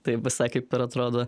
tai visai kaip ir atrodo